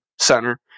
center